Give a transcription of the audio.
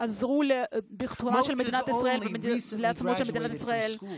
עזרו להבטיח את עצמאות ישראל.